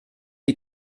die